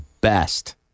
best